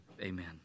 Amen